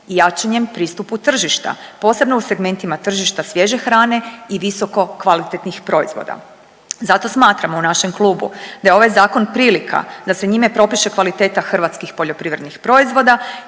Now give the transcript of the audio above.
jačanjem pristupu tržišta, posebno u segmentima tržišta svježe hrane i visokokvalitetnih proizvoda. Zato smatramo u našem klubu da je ovaj Zakon prilika da se njime propiše kvaliteta hrvatskih poljoprivrednih proizvoda